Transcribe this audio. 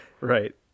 right